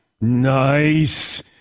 Nice